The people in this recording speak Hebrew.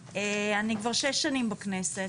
אני כבר שש שנים בכנסת,